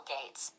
Gates